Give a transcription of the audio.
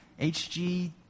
HG